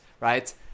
right